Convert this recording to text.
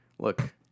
Look